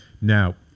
Now